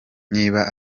niba